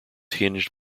hinged